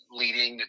leading